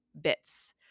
bits